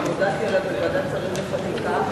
וגם הודעתי עליו בוועדת שרים לחקיקה,